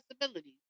possibilities